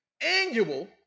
annual